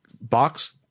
box